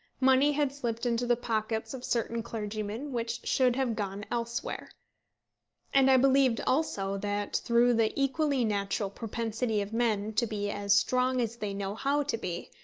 money had slipped into the pockets of certain clergymen which should have gone elsewhere and i believed also that through the equally natural propensity of men to be as strong as they know how to be,